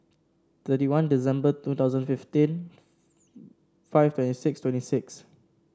thirty one December two thousand fifteen five twenty six twenty six